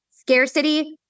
Scarcity